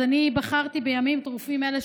אז אני בחרתי בימים טרופים אלה,